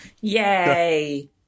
Yay